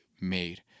made